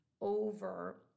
over